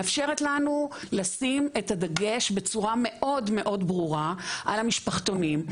מאפשרת לנו לשים את הדגש בצורה מאוד מאוד ברורה על המשפחתונים.